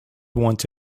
want